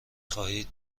خواهید